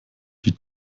die